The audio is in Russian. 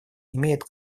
имеет